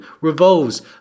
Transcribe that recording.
revolves